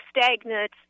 stagnant